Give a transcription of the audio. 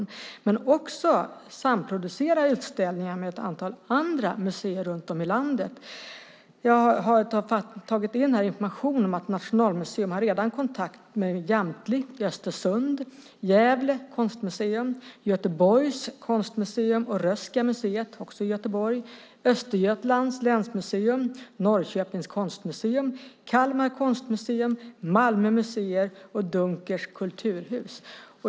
Men man kommer också att samproducera utställningar med ett antal andra museer runt om i landet. Jag har tagit in information om att Nationalmuseum redan har kontakt med Jamtli i Östersund, Gävle konstmuseum, Göteborgs konstmuseum, Röhsska museet i Göteborg, Östergötlands länsmuseum, Norrköpings Konstmuseum, Kalmar konstmuseum, Malmö museer och Dunkers kulturhus.